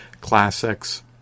Classics